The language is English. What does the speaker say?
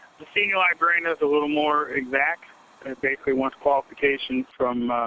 the senior librarian is a little more exact. and it's basically wants qualification from